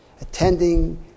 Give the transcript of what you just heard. attending